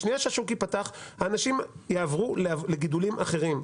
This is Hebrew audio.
בשנייה שהשוק יפתח אנשים יעברו לגידולים אחרים,